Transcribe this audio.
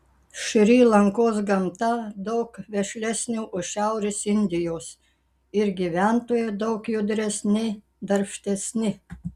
šri lankos gamta daug vešlesnė už šiaurės indijos ir gyventojai daug judresni darbštesni